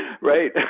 right